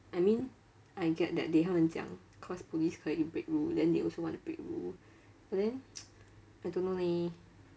I mean I get that they 他们这样 cause police 可以 break rule then they also want to break rule but then I don't know leh